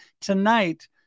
Tonight